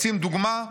רוצים דוגמה?